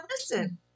listen